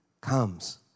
comes